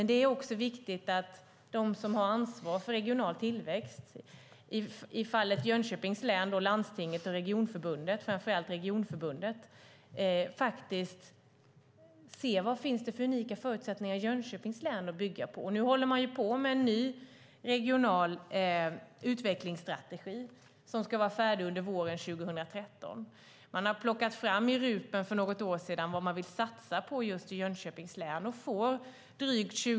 Det är också viktigt att de som har ansvar för regional tillväxt - i Jönköpings län då landstinget och, framför allt, regionförbundet - ser vilka unika förutsättningar att bygga på som finns i Jönköpings län. Nu håller man på med en ny regional utvecklingsstrategi som ska vara färdig våren 2013. I RUP för något år sedan har man plockat fram vad man i Jönköpings län vill satsa på.